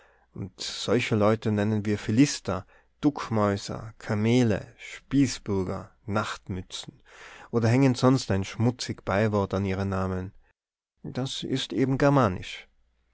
solche leute nennen wir philister duckmäuser kamele spießbürger nachtmützen oder hängen sonst ein schmutzig beiwort an ihre namen das ist eben germanisch